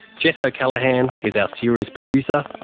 jess o'callaghan is our series producer,